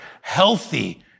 healthy